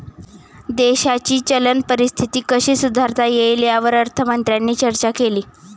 देशाची चलन परिस्थिती कशी सुधारता येईल, यावर अर्थमंत्र्यांनी चर्चा केली